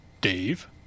Dave